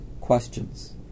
questions